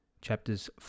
chapters